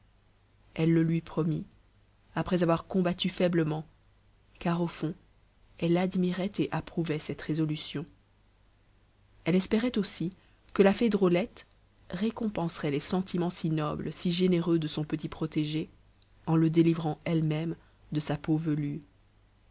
elle le lui promit après avoir combattu faiblement car au fond elle admirait et approuvait cette résolution elle espérait aussi que la fée drôlette récompenserait les sentiments si nobles si généreux de son petit protégé en le délivrant elle-même de sa peau velue